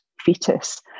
fetus